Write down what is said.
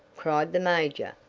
cried the major,